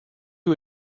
who